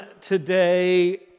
today